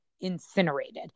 incinerated